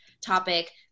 topic